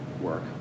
work